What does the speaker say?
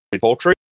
poultry